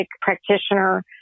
practitioner